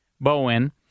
Bowen